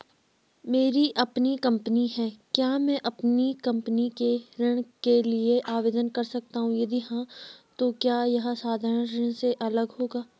मेरी अपनी कंपनी है क्या मैं कंपनी के लिए ऋण के लिए आवेदन कर सकता हूँ यदि हाँ तो क्या यह साधारण ऋण से अलग होगा?